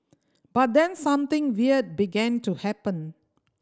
but then something weird began to happen